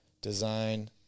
design